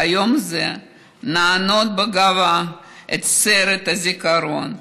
ביום זה נענוד בגאווה את סרט הזיכרון.